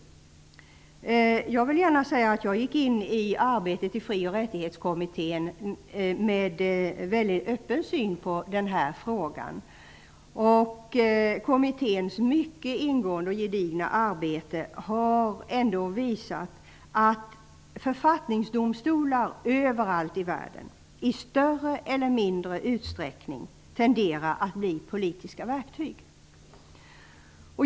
Jag gick in i arbetet i fri och rättighetskommittén med en öppen syn på den frågan. Kommitténs mycket ingående och gedigna arbete har visat att författningsdomstolar överallt i världen i större eller mindre utsträckning tenderar att bli politiska verktyg.